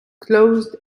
closed